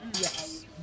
Yes